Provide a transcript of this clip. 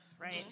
right